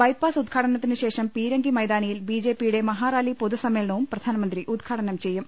bypass ഉദ്ഘാട നത്തിനുശേഷം പീരങ്കി മൈതാനിയിൽ ബി ജെ പിയുടെ മഹാറാലി പൊതുസമ്മേളനവും പ്രധാനമന്ത്രി ഉദ്ഘാടനം ചെയ്യും